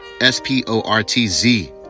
S-P-O-R-T-Z